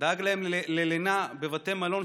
דאג להם ללינה בבתי מלון,